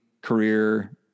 career